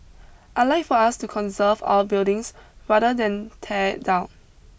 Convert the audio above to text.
I'd like for us to conserve our buildings rather than tear it down